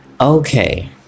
Okay